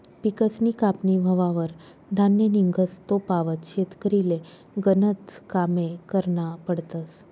पिकसनी कापनी व्हवावर धान्य निंघस तोपावत शेतकरीले गनज कामे करना पडतस